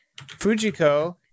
Fujiko